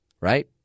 Right